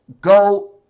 go